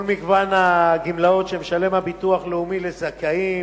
כל מגוון הגמלאות שמשלם הביטוח הלאומי לזכאים,